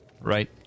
right